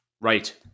right